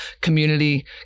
community